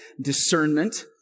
Discernment